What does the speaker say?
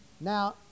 now